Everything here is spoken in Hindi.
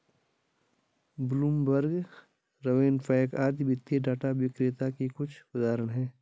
ब्लूमबर्ग, रवेनपैक आदि वित्तीय डाटा विक्रेता के कुछ उदाहरण हैं